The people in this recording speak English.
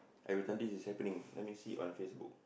everytime this is happening let me see on Facebook